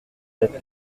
d’être